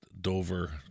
dover